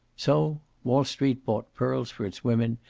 so wall street bought pearls for its women,